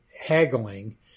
haggling